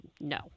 no